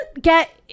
get